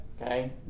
Okay